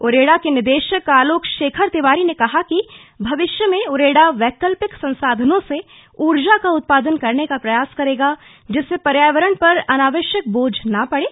उरेडा के निदेशक आलोक शेखर तिवारी ने कहा कि भविष्य में उरेडा वैकल्पिक संसाधनों से ऊर्जा का उत्पादन करने का प्रयास करेगा जिससे पर्यावरण पर अनावश्यक बोझ न पड़े